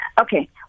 Okay